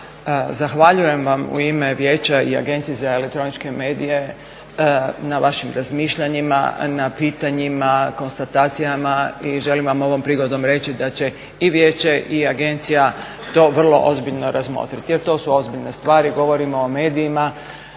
Zahvaljujem vam u ime Vijeća i Agencije za elektroničke medije na vašim razmišljanjima, na pitanjima, konstatacijama. I želim vam ovom prigodom reći da će i Vijeće i Agencija to vrlo ozbiljno razmotriti jer to su ozbiljne stvari, govorimo o medijima.